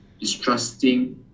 distrusting